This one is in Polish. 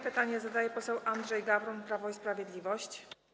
Pytanie zadaje poseł Andrzej Gawron, Prawo i Sprawiedliwość.